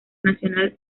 nacional